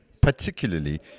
particularly